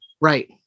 Right